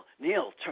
Neil